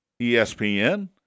ESPN